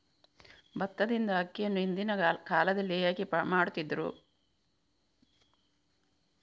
ಭತ್ತದಿಂದ ಅಕ್ಕಿಯನ್ನು ಹಿಂದಿನ ಕಾಲದಲ್ಲಿ ಹೇಗೆ ಮಾಡುತಿದ್ದರು?